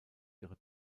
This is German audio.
ihre